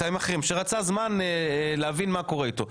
שרצה זמן להבין מה קורה איתו.